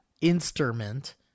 Instrument